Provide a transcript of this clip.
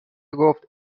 گفت